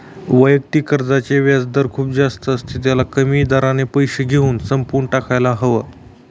वैयक्तिक कर्जाचे व्याजदर खूप जास्त असते, त्याला कमी दराने पैसे घेऊन संपवून टाकायला हव